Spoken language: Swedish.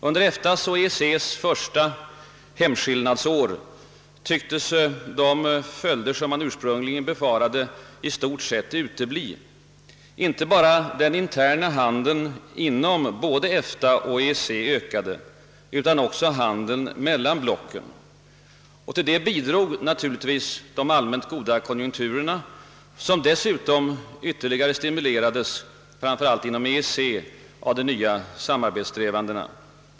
Under EFTA:s och EEC:s första »hemskillnadsår» tycktes de följder man ursprungligen befarade i stort sett utebli; inte bara den interna handeln inom både EFTA och EEC ökade, utan också handeln mellan blocken. Härtill bidrog naturligtvis de allmänt goda konjunkturerna, som dessutom ytterligare stimulerades framför allt inom EEC av de nya samarbetssträvandena.